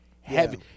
heavy